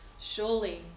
Surely